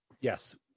Yes